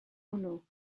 hwnnw